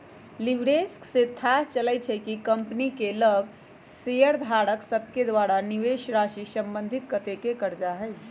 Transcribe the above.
leverage से थाह चलइ छइ कि कंपनी के लग शेयरधारक सभके द्वारा निवेशराशि संबंधित कतेक करजा हइ